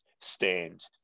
stand